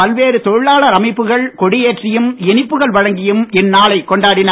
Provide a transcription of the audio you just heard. பல்வேறு தொழிலாளர் அமைப்புகள் கொடியேற்றியும் இனிப்புகள் வழங்கியும் இந்நாளைக் கொண்டாடினர்